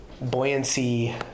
buoyancy